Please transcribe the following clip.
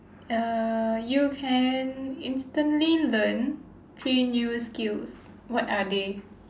err you can instantly learn three new skills what are they